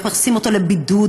אנחנו מכניסים אותו לבידוד.